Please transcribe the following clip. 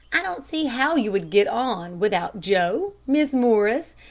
i don't see how you would get on without joe, miss morris,